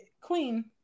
queen